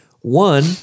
One